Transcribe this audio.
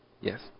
Yes